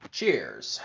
Cheers